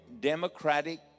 democratic